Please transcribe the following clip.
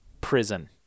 prison